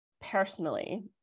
personally